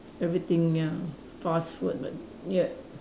everything ya fast food but yet